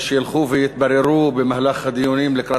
שילכו ויתבררו במהלך הדיונים לקראת